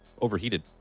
overheated